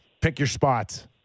pick-your-spots